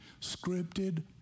scripted